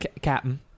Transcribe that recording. Captain